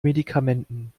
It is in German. medikamenten